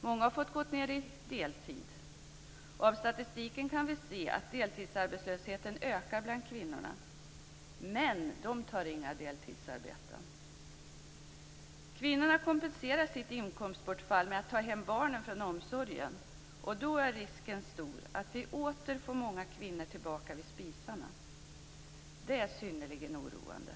Många har fått gå ned till deltid. Av statistiken kan vi se att deltidsarbetslösheten ökar bland kvinnorna. Män tar inga deltidsarbeten. Kvinnorna kompenserar sitt inkomstbortfall med att ta hem barnen från omsorgen, och då är risken stor att vi åter får många kvinnor tillbaka vid spisarna. Detta är synnerligen oroande.